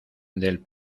del